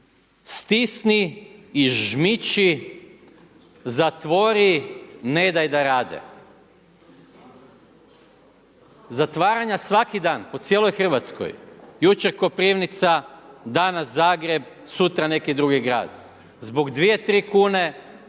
Stisni i žmiči zatvori, nedaj da rade. Zatvaranja svaki dan, po cijeloj Hrvatskoj, jučer Koprivnica, danas Zagreb, sutra neki drugi grad, zbog 2 ili 3 kn